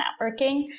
networking